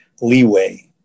leeway